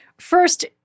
First